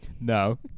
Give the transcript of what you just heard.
No